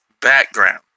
background